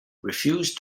refused